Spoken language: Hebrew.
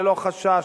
ללא חשש,